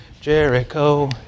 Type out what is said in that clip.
Jericho